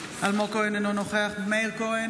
אינו נוכח יאסר חוג'יראת,